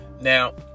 Now